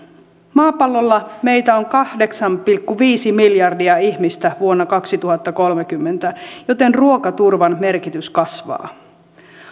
maapallolla meitä on kahdeksan pilkku viisi miljardia ihmistä vuonna kaksituhattakolmekymmentä joten ruokaturvan merkitys kasvaa